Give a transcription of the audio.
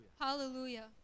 hallelujah